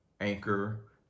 Anchor